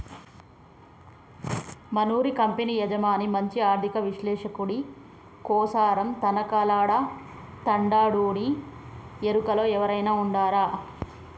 మనూరి కంపెనీ యజమాని మంచి ఆర్థిక విశ్లేషకుడి కోసరం తనకలాడతండాడునీ ఎరుకలో ఎవురైనా ఉండారా